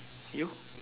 you